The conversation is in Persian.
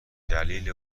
دلیل